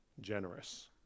generous